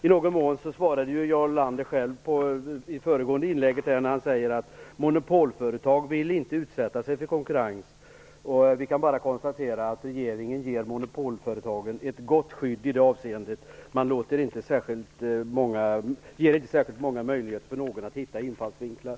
I någon mån svarade Jarl Lander själv i föregående inlägg, då han sade att monopolföretag inte vill utsätta sig för konkurrens. Vi kan bara konstatera att regeringen ger monopolföretagen ett gott skydd i det avseendet. Man ger inte särskilt många möjligheter för någon att hitta infallsvinklar.